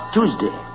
Tuesday